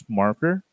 marker